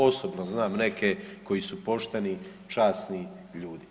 Osobno znam neke koji su pošteni, časni ljudi.